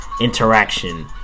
interaction